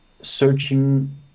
searching